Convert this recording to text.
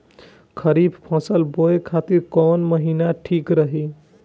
खरिफ फसल बोए खातिर कवन महीना ठीक रही?